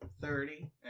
thirty